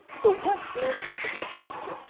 so what is intersectionality?